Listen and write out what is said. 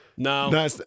No